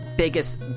Biggest